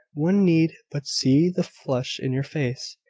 one need but see the flush in your face,